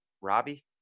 robbie